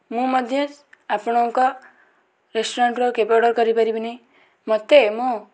ମୁଁ ମଧ୍ୟ ଆପଣଙ୍କ ରେଷ୍ଟୁରାଣ୍ଟ୍ରୁ ଆଉ କେବେ ଅର୍ଡ଼ର୍ କରିପାରିବିନି ମୋତେ ମୋ